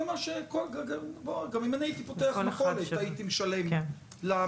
גם אם אני הייתי פותח מכולת הייתי משלם למדינה.